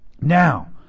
Now